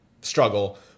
struggle